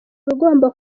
bigomba